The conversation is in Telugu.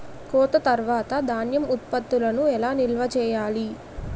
కోత తర్వాత ధాన్యం ఉత్పత్తులను ఎలా నిల్వ చేయాలి?